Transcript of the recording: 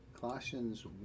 Colossians